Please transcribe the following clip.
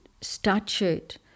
statute